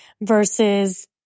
versus